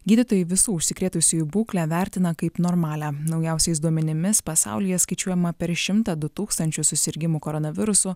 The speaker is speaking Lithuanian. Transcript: gydytojai visų užsikrėtusiųjų būklę vertina kaip normalią naujausiais duomenimis pasaulyje skaičiuojama per šimtą du tūkstančius susirgimų koronavirusu